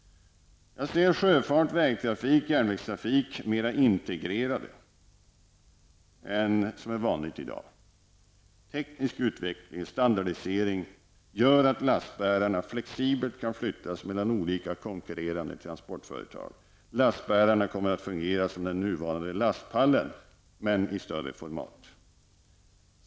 Jag ser sjöfart, vägtrafik och järnvägstrafik mer integrerade än vad som är vanligt i dag. Teknisk utveckling och standardisering gör att lastbärarna flexibelt kan flyttas mellan olika konkurrerande transportföretag. Lastbärarna kommer att fungera som den nuvarande lastpallen, men i större format.